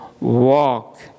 walk